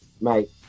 mate